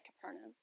Capernaum